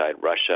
Russia